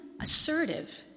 assertive